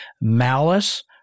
malice